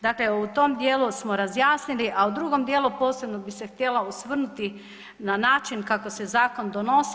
Dakle, u tom dijelu smo razjasnili a u drugom dijelu posebno bih se htjela osvrnuti na način kako se zakon donosi.